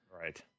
Right